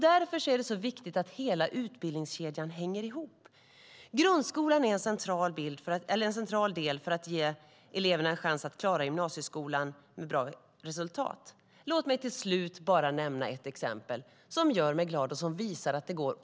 Därför är det viktigt att hela utbildningskedjan hänger ihop. Grundskolan är en central del för att ge eleverna en chans att klara gymnasieskolan med bra resultat. Låt mig till slut bara nämna ett exempel som gör mig glad och som visar att det går.